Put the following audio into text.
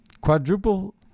quadruple